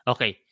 Okay